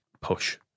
push